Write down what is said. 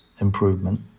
improvement